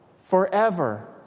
Forever